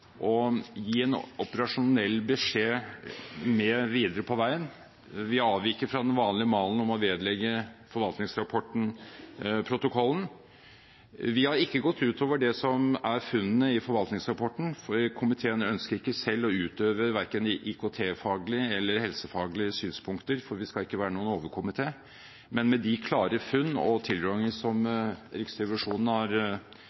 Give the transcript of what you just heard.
å gi en operasjonell beskjed med videre på veien. Vi avviker fra den vanlige malen om å vedlegge forvaltningsrapporten protokollen. Vi har ikke gått utover det som er funnene i forvaltningsrapporten, for komiteen ønsker ikke selv å utøve verken IKT-faglige eller helsefaglige synspunkter, for vi skal ikke være noen overkomité. Men med de klare funn og tilrådingen som Riksrevisjonen har